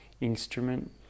instrument